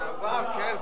לשעבר, כן.